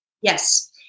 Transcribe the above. Yes